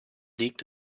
liegt